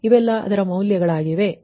ಆದ್ದರಿಂದ ಇವೆಲ್ಲಾ ಮೌಲ್ಯಗಳಾಗಿವೆ